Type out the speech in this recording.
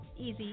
easy